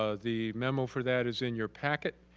ah the memo for that is in your packet,